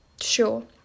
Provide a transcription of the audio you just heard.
Sure